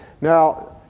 Now